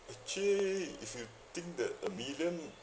actually if you think that a million